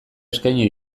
eskaini